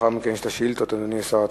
לאחר מכן יש השאילתות, אדוני שר התחבורה.